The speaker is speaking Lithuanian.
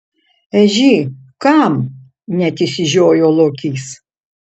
ežy kam net išsižiojo lokys